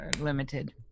limited